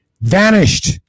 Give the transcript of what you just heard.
vanished